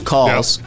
Calls